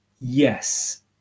Yes